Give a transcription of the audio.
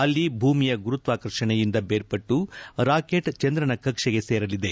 ಅಲ್ಲಿ ಭೂಮಿಯ ಗುರುತ್ವಾಕರ್ಷಣೆಯಿಂದ ಬೇರ್ಪಟ್ಟು ರಾಕೆಟ್ ಚಂದ್ರನ ಕಕ್ಷೆಗೆ ಸೇರಲಿದೆ